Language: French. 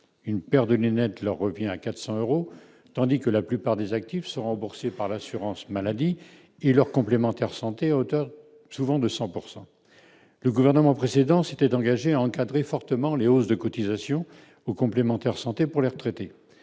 une paire de lunettes leur revient à 400 euros tandis que la plupart des actifs sont remboursés par l'assurance maladie et leur complémentaire santé auteur souvent de 100 pourcent le gouvernement précédent s'était engagé à encadrer fortement les hausses de cotisations aux complémentaires santé pour les retraités,